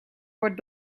wordt